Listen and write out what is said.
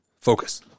Focus